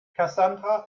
cassandra